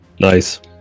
Nice